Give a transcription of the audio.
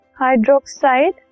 hydroxide